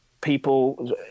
people